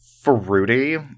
fruity